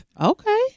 Okay